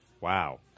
Wow